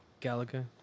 Galaga